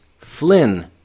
Flynn